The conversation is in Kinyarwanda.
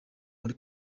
muri